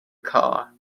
car